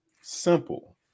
simple